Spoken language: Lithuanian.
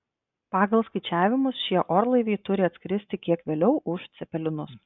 pagal skaičiavimus šie orlaiviai turi atskristi kiek vėliau už cepelinus